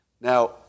Now